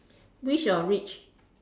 wish you're rich